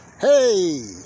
Hey